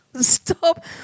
Stop